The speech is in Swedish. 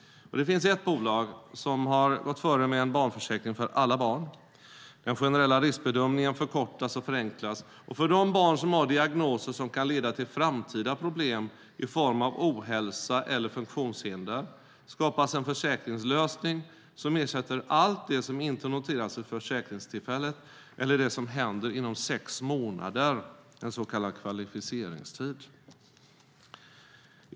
Det finns ett bolag som har gått före med en barnförsäkring för alla barn. Den generella riskbedömningen förkortas och förenklas, och för de barn som har diagnoser som kan leda till framtida problem i form av ohälsa eller funktionshinder skapas en försäkringslösning som ersätter allt det som inte noterats vid försäkringstillfället eller det som händer inom sex månader, en så kallad kvalificeringstid.